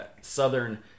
Southern